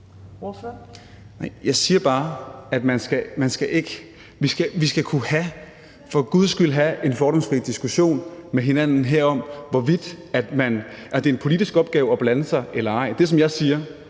Jeg siger bare, at vi for guds skyld skal kunne have en fordomsfri diskussion med hinanden her om, hvorvidt det er en politisk opgave at blande sig eller ej.